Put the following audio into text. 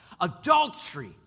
adultery